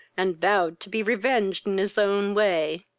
and vowed to be revenged in his own way.